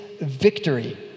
victory